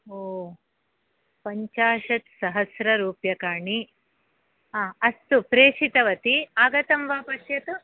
ओ पञ्चाशत्सहस्रं रूप्यकाणिा अस्तु प्रेषितवती आगतं वा पश्यतु